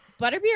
Butterbeer